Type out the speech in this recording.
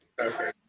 Okay